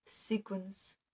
sequence